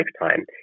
lifetime